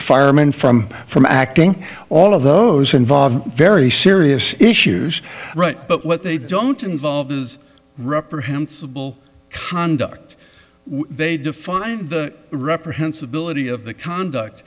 firemen from from acting all of those involved very serious issues right but what they don't involve is reprehensible conduct they define the reprehensible ity of the conduct